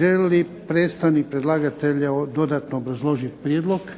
Želi li predstavnik predlagatelja dodatno obrazložiti prijedlog?